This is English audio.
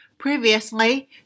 Previously